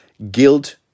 guilt